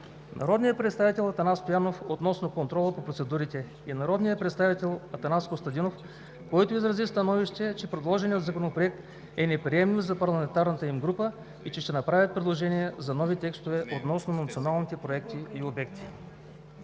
народният представител Атанас Стоянов относно контрола по процедурите и народният представител Атанас Костадинов, който изрази становище, че предложения Законопроект е неприемлив за парламентарната им група и че ще направят предложения за нови текстове относно национални проекти и обекти.